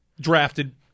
drafted